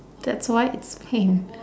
that's why it's pain